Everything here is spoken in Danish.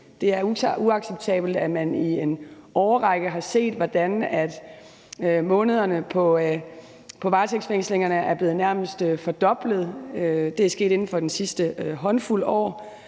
Det er uacceptabelt, at man i en årrække har set, hvordan antallet af måneder, varetægtsfængslinger varer, er blevet nærmest fordoblet. Det er sket inden for den sidste håndfuld år.